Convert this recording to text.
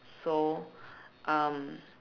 so um